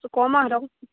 কম আৰু সিহঁতক